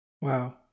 Wow